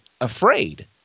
afraid